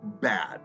bad